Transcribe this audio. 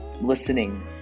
listening